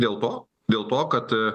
dėl to dėl to kad